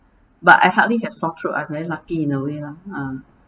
but I hardly have sore throat I'm very lucky in a way lah ah